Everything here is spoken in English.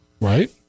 right